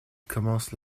commencent